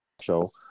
show